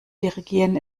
dirigieren